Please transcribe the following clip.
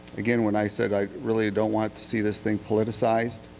again, when i said i really don't want to see this thing politicized,